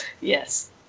Yes